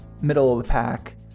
middle-of-the-pack